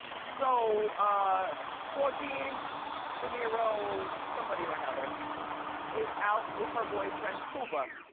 so claudine de niro somebody or another is out with her boyfriend, cuba,